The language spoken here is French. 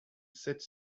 sept